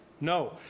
No